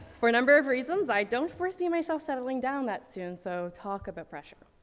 for a number of reasons, i don't foresee myself settling down that soon, so talk about pressure.